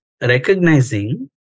recognizing